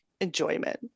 enjoyment